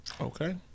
okay